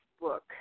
book